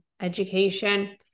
education